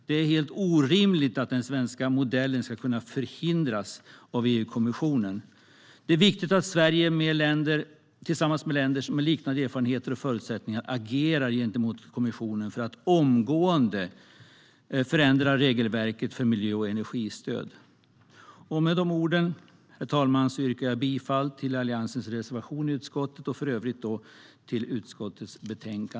Det är helt orimligt att den svenska modellen ska kunna förhindras av EU-kommissionen. Det är viktigt att Sverige tillsammans med länder som har liknande erfarenheter och förutsättningar agerar gentemot kommissionen för att omgående förändra regelverket för miljö och energistöd. Herr talman! Med dessa ord yrkar jag bifall till Alliansens reservation 1 i betänkandet och i övrigt till utskottets förslag.